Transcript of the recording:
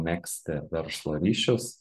megzti verslo ryšius